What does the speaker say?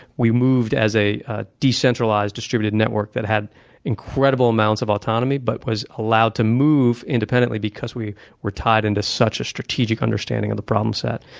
we moved as a a decentralized distributive network that had incredible amounts of autonomy but was allowed to move independently because we were tied into such a strategic understanding of the problem set.